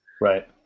Right